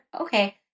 Okay